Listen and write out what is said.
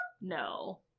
No